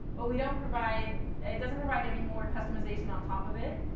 but we don't provide it doesn't provide any more customization on top of it.